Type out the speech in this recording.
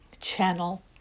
Channel